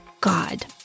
God